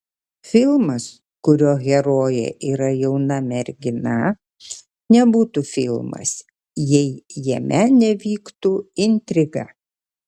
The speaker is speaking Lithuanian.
filmas kurio herojė yra jauna mergina nebūtų filmas jei jame nevyktų intriga